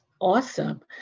Awesome